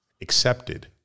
Accepted